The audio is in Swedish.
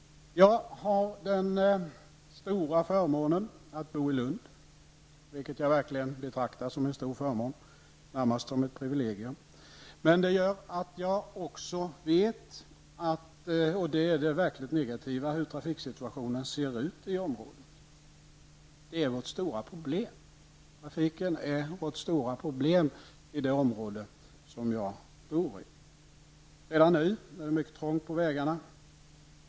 Jag har den stora förmånen att bo i Lund, vilket jag verkligen betraktar som en stor förmån, närmast ett privilegium. Det gör att jag också vet -- och det är det verkligt negativa -- hur trafiksituationen ser ut i området. Det är vårt stora problem i det område där jag bor. Redan nu är det mycket trångt på vägarna.